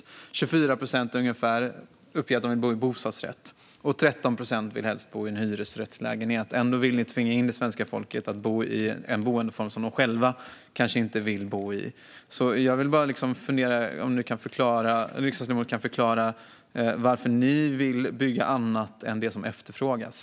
Ungefär 24 procent uppger att de vill bo i bostadsrätt, och 13 procent vill helst bo i en hyresrättslägenhet. Ändå vill ni tvinga det svenska folket att bo i en boendeform som de själva kanske inte vill bo i. Jag funderar på om riksdagsledamoten kan förklara varför ni vill bygga annat än det som efterfrågas.